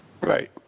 right